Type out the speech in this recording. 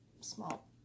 small